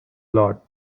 lot